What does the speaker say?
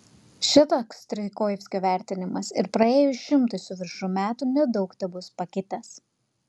šitoks strijkovskio vertinimas ir praėjus šimtui su viršum metų nedaug tebus pakitęs